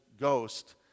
ghost